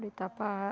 இப்படி தப்பாக